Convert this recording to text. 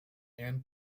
and